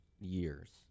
years